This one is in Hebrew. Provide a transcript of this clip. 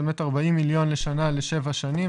זה באמת 40 מיליון לשנה לשבע שנים,